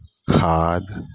खाद